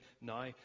now